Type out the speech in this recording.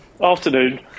Afternoon